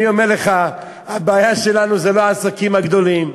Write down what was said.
אני אומר לך שהבעיה שלנו היא לא העסקים הגדולים.